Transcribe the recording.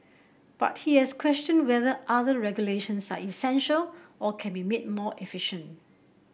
but he has questioned whether other regulations are essential or can be made more efficient